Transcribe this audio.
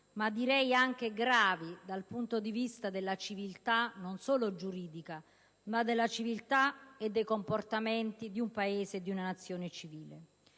ma direi anche gravi dal punto di vista della civiltà, non solo giuridica, ma dei comportamenti di un Paese e di una Nazione civile.